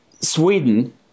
Sweden